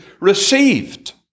Received